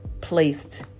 placed